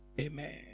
Amen